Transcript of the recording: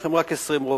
יש לכם רק 20 רובים.